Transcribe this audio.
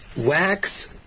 wax